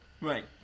Right